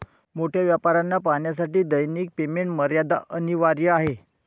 मोठ्या व्यापाऱ्यांना पाहण्यासाठी दैनिक पेमेंट मर्यादा अनिवार्य आहे